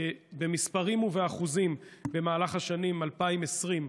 במספרים ובאחוזים, במהלך השנים 2021-2020?